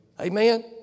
Amen